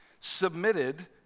submitted